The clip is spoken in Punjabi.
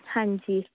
ਹਾਂਜੀ